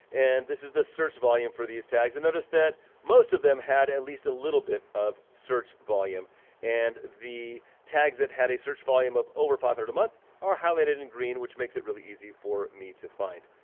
and this is the search volume for these tags. and notice that most of them had at least a little bit of search volume and the tags that had a search volume of over five hundred a month are highlighted in green, which makes it really easy for me to find.